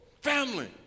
family